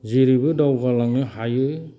जेरैबो दावगालांनो हायो